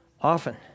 often